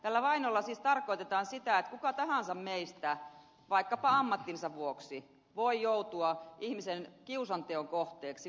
tällä vainolla siis tarkoitetaan sitä että kuka tahansa meistä vaikkapa ammattinsa vuoksi voi joutua ihmisen kiusanteon kohteeksi vuosikausiksi